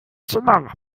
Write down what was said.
zimmer